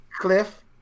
cliff